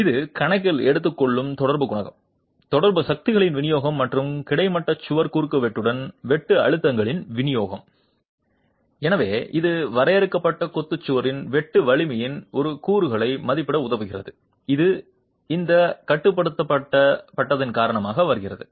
இது கணக்கில் எடுத்துக்கொள்ளும் தொடர்பு குணகம் தொடர்பு சக்திகளின் விநியோகம் மற்றும் கிடைமட்ட சுவர் குறுக்குவெட்டுடன் வெட்டு அழுத்தங்களின் விநியோகம் எனவே இது வரையறுக்கப்பட்ட கொத்து சுவரின் வெட்டு வலிமையின் ஒரு கூறுகளை மதிப்பிட உதவுகிறது இது இந்த கட்டுப்படுத்தப்பட்டதின் காரணமாக வருகிறது